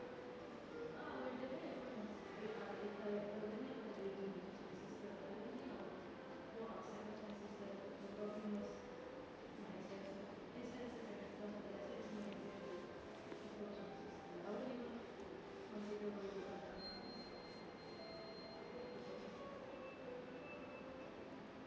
S